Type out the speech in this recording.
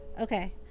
Okay